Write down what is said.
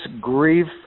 grief